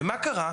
ומה קרה?